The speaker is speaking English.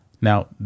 Now